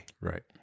right